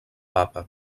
papa